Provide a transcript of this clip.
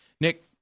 nick